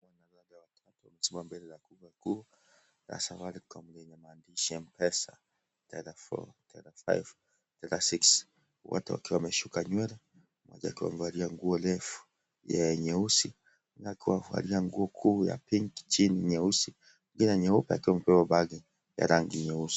Wanadada watau wamesimama mbele ya duka kuu la safaricom lenye maandishi Mpesa teller 4, teller 5, teller 6, wote waliwa wameshuka nywele mmoja akiwa amevalia nguo refu nyeusi mwingine akiwa amevalia nguo kuu ya pinki chini nyeupe akiwa amebeba bagi ya rangi nyeusi.